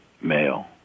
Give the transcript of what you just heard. male